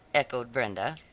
echoed brenda.